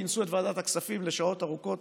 כינסו את ועדת הכספים לשעות ארוכות